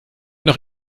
noch